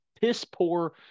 piss-poor